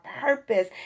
purpose